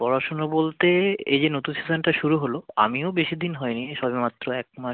পড়াশুনো বলতে এই যে নতুন সেশনটা শুরু হল আমিও বেশি দিন হয় নি সবেমাত্র এক মাস